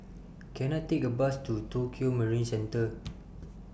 Can I Take A Bus to Tokio Marine Centre